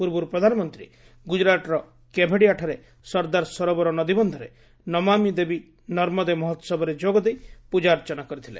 ପୂର୍ବରୁ ପ୍ରଧାନମନ୍ତ୍ରୀ ଗୁଜରାଟର କେଭେଡିଆଠାରେ ସର୍ଦ୍ଦାର ସରୋବର ନଦୀବନ୍ଧରେ ନମାମି ଦେବୀ ନର୍ମଦେ ମହୋସବରେ ଯୋଗ ଦେଇ ପ୍ରଜାର୍ଚ୍ଚନା କରିଥିଲେ